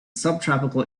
subtropical